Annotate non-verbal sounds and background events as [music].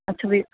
ਅੱਛਾ [unintelligible]